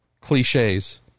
cliches